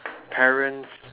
parents